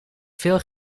veel